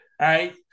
right